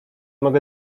mogę